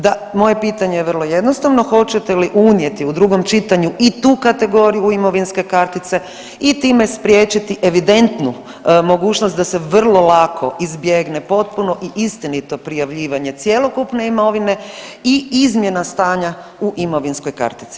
Da, moje pitanje je vrlo jednostavno, hoćete li unijeti u drugom čitanju i tu kategoriju u imovinske kartice i time spriječiti evidentnu mogućnost da se vrlo lako izbjegne potpuno i istinito prijavljivanje cjelokupne imovine i izmjena stanja u imovinskoj kartici?